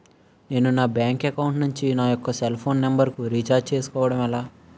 నేను నా bank account నుంచి నా యెక్క సెల్ ఫోన్ నంబర్ కు రీఛార్జ్ చేసుకోవడం ఎలా?